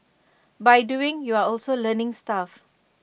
by doing you're also learning stuff